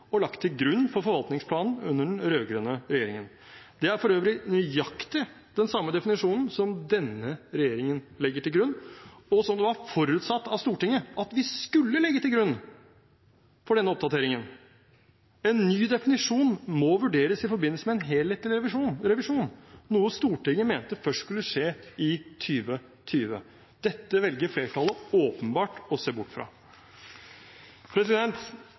og lagt til grunn for forvaltningsplanen under den rød-grønne regjeringen. Det er for øvrig nøyaktig den samme definisjonen som denne regjeringen legger til grunn, og som det var forutsatt av Stortinget at vi skulle legge til grunn for denne oppdateringen. En ny definisjon må vurderes i forbindelse med en helhetlig revisjon, noe Stortinget mente først skulle skje i 2020. Dette velger flertallet åpenbart å se bort fra.